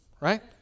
right